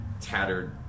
tattered